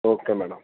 okay madam